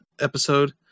episode